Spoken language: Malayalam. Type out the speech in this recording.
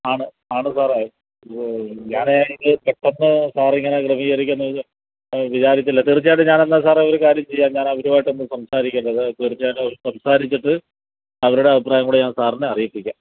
ആണ് ആണ് സാറേ അയ്യോ ഞാനാണെങ്കിൽ പെട്ടന്ന് സാർ ഇങ്ങനെ ക്രമീകരിക്കുന്ന് വിചാരിച്ചില്ല തീർച്ചയായിട്ടും ഞാൻ എന്നാൽ സാറേ ഒരു കാര്യം ചെയ്യാം ഞാൻ അവരുമായിട്ടൊന്ന് സംസാരിക്കട്ടെ തീർച്ചയായിട്ടും സംസാരിച്ചിട്ട് അവരുടെ അഭിപ്രായം കൂടെ ഞാൻ സാറിന് അറിയിപ്പിക്കാം